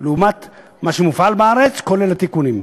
לעומת מה שמופעל בארץ, כולל התיקונים.